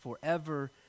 forever